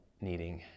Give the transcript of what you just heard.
needing